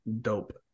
dope